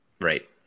right